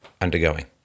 undergoing